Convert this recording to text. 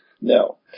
No